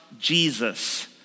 Jesus